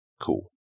Cool